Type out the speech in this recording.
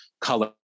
color